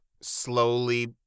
slowly